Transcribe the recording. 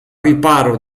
riparo